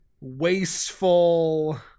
wasteful